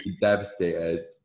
devastated